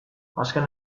azken